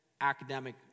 academic